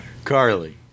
Carly